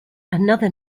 another